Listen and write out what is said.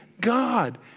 God